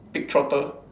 pig trotter